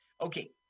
Okay